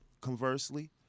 conversely